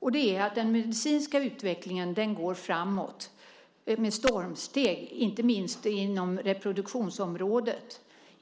tycker jag. Den medicinska utvecklingen går framåt med stormsteg, inte minst inom reproduktionsområdet.